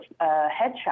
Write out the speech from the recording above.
headshot